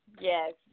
yes